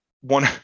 one